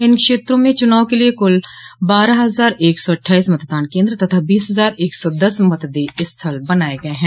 इन क्षेत्रों में चुनाव के लिये बारह हजार एक सौ अट्ठाईस मतदान केन्द्र तथा बीस हजार एक सौ दस मतदेय स्थल बनाये गये हैं